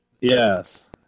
Yes